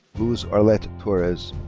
luz arlette torres.